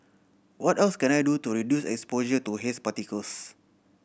what else can I do to reduce exposure to haze particles